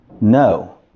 No